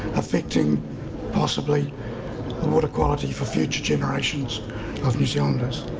affecting possibly the water quality for future generations of new zealanders.